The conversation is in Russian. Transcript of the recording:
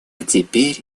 теперь